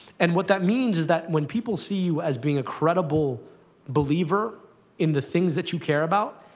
and what that means is that, when people see you as being a credible believer in the things that you care about,